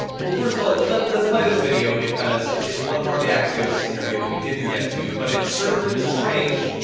well, first of all, let's let's play this video. because it's one part of the axios interview that we didn't get to. but it certainly is strange.